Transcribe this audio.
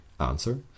Answer